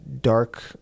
dark